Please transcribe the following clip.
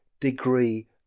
degree